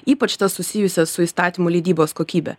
ypač tas susijusias su įstatymų leidybos kokybe